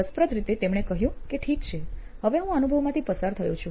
રસપ્રદ રીતે તેમણે કહ્યું કે ઠીક છે હવે હું આ અનુભવમાંથી પસાર થયો છું